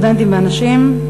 הסטודנטים והנשים.